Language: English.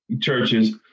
churches